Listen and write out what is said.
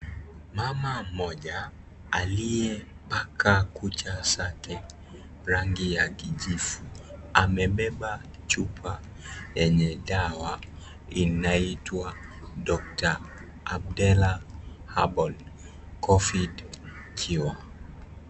Mama moja aliye paka kucha zake rangi ya kijivu, amebeba chupa enye dawa inaitwa Doctor Abdela Herbal COVID cure .